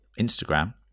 Instagram